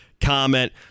comment